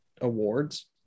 awards